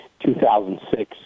2006